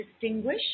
distinguish